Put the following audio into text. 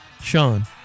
Sean